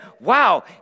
wow